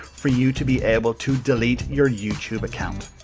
for you to be able to delete your youtube account.